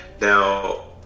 Now